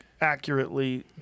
accurately